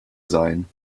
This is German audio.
sein